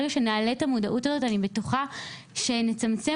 ברגע שנעלה את המודעות הזאת אני בטוחה שנצמצם